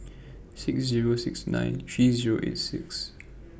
six Zero six nine three Zero eight six